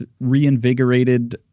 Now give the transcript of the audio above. reinvigorated